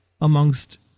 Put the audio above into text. amongst